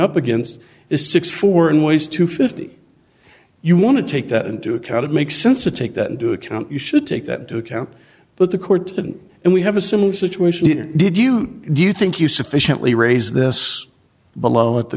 up against is six four and weighs two fifty you want to take that into account it makes sense to take that into account you should take that into account but the court didn't and we have a similar situation here did you do you think you sufficiently raise this below at the